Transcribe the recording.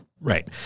Right